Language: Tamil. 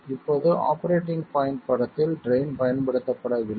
இப்போது ஆபரேட்டிங் பாய்ண்ட் படத்தில் ட்ரைன் பயன்படுத்தப்படவில்லை